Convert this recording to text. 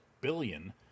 billion